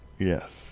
Yes